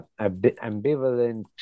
ambivalent